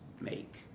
make